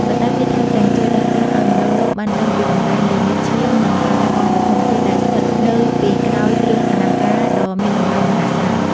ប៉ុន្តែវាថែមទាំងជួយដាស់តឿនឱ្យមនុស្សលោកបានដឹងពីតម្លៃនៃញើសឈាម និងការលះបង់ដ៏ធំធេងដែលស្ថិតនៅពីក្រោយគ្រឿងអលង្ការដ៏មានតម្លៃមហាសាល។